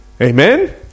Amen